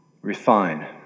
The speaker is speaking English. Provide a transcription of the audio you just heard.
refine